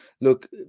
Look